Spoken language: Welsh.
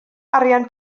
arian